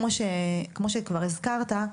כמו שכבר הזכרת,